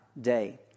day